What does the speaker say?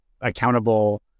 accountable